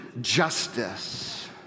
justice